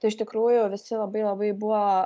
tuai iš tikrųjų visi labai labai buvo